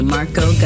Marco